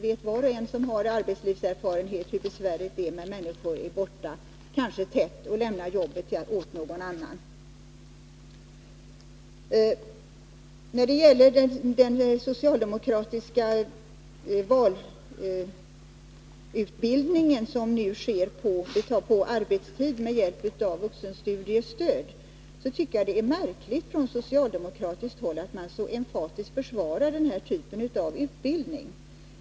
Var och en som har arbetslivserfarenhet vet hur besvärligt det kan vara när människor kanske ofta är frånvarande och lämnar jobbet åt någon annan att sköta. Jag tycker det är märkligt att socialdemokraterna så emfatiskt försvarar den socialdemokratiska valutbildning som nu tillåts ske på arbetstid med hjälp av vuxenstudiestöd.